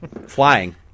flying